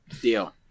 Deal